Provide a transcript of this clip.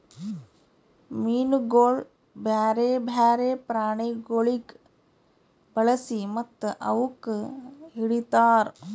ಮೀನುಗೊಳ್ ಬ್ಯಾರೆ ಬ್ಯಾರೆ ಪ್ರಾಣಿಗೊಳಿಗ್ ಬಳಸಿ ಮತ್ತ ಅವುಕ್ ಹಿಡಿತಾರ್